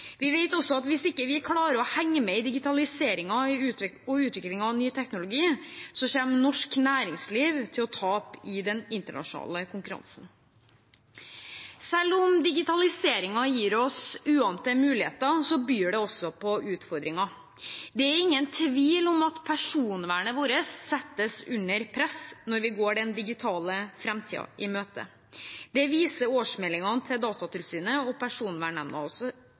Vi vet også at hvis ikke vi klarer å henge med i digitaliseringen og utviklingen av ny teknologi, kommer norsk næringsliv til å tape i den internasjonale konkurransen. Selv om digitaliseringen gir oss uante muligheter, byr det også på utfordringer. Det er ingen tvil om at personvernet vårt settes under press når vi går den digitale framtiden i møte. Det viser årsmeldingene til Datatilsynet og Personvernnemnda